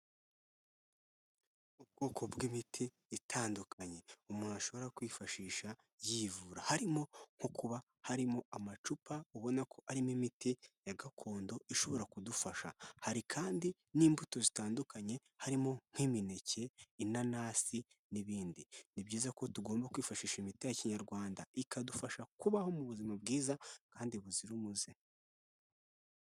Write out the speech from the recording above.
Ubwoko bw'imiti itandukanye umuntu ashobora kwifashisha yivura harimo nko kuba harimo amacupa ubona ko arimo imiti ya gakondo ishobora kudufasha hari kandi n'imbuto zitandukanye harimo nk'imineke ,inanasi n'ibindi ni byiza ko tugomba kwifashisha imiti ya kinyarwanda ikadufasha kubaho mu buzima bwiza kandi buzira umuze.